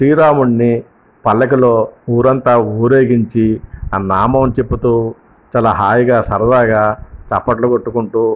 శ్రీరాముడిని పల్లకిలో ఊరంతా ఊరేగించి ఆ నామం చెప్తూ చాలా హాయిగా సరదాగా చప్పట్లు కొట్టుకుంటూ